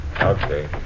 Okay